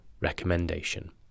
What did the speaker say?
recommendation